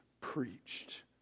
preached